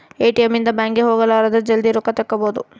ATM ಇಂದ bank ಗೆ ಹೋಗಲಾರದ ಜಲ್ದೀ ರೊಕ್ಕ ತೆಕ್ಕೊಬೋದು